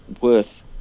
worth